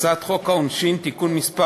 העונשין (תיקון מס'